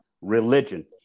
religion